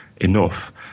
enough